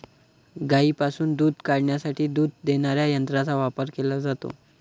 गायींपासून दूध काढण्यासाठी दूध देणाऱ्या यंत्रांचा वापर केला जातो